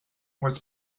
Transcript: was